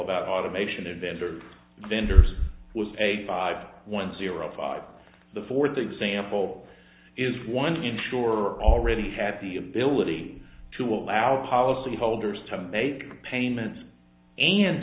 about automation and vendor vendors was a five one zero five the fourth example is one insurer already had the ability to allow policyholders to make payments and